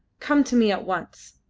come to me at once.